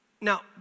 Now